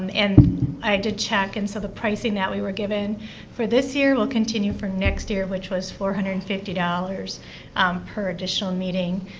um and i did check, and so the pricing that we were given for this year will continue for next year which is four hundred and fifty dollars per additional meeting,